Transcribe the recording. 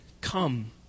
come